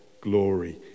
glory